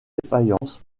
défaillance